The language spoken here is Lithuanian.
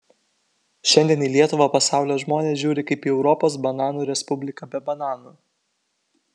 šiandien į lietuvą pasaulio žmonės žiūri kaip į europos bananų respubliką be bananų